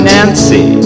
Nancy